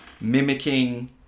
mimicking